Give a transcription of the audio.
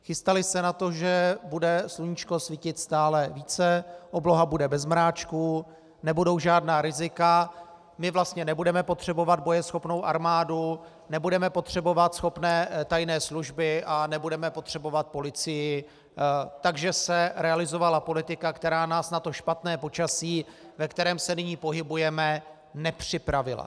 Chystaly se na to, že bude sluníčko svítit stále více, obloha bude bez mráčku, nebudou žádná rizika, my vlastně nebudeme potřebovat bojeschopnou armádu, nebudeme potřebovat schopné tajné služby a nebudeme potřebovat policii, takže se realizovala politika, která nás na to špatné počasí, ve kterém se nyní pohybujeme, nepřipravila.